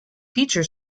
feature